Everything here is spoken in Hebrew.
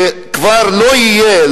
שכבר לא יהיה,